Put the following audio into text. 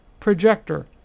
Projector